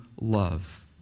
love